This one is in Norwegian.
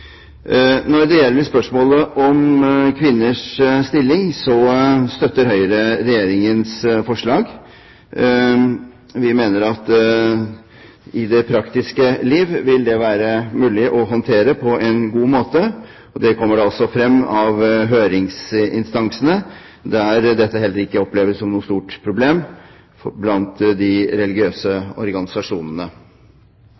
Når det gjelder spørsmålet om kvinners stilling, støtter Høyre Regjeringens forslag. Vi mener at i det praktiske liv vil det være mulig å håndtere dette på en god måte, og det kommer da også frem av høringsinstansene, der dette heller ikke oppleves som noe stort problem blant de religiøse